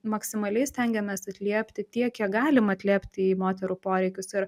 maksimaliai stengiamės atliepti tiek kiek galim atliepti į moterų poreikius ir